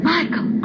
Michael